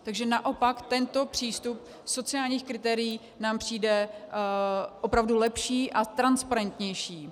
Takže naopak tento přístup sociálních kritérií nám přijde opravdu lepší a transparentnější.